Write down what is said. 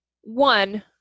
One